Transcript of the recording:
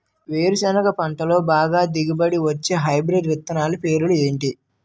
వేరుసెనగ పంటలో బాగా దిగుబడి వచ్చే హైబ్రిడ్ విత్తనాలు పేర్లు ఏంటి?